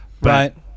right